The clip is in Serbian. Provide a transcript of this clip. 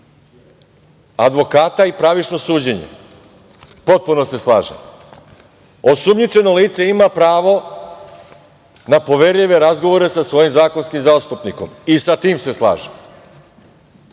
advokata i pravično suđenje. Potpuno se slažem. Osumnjičeno lice ima pravo na poverljive razgovore sa svojim zakonskim zastupnikom. I sa tim se slažem.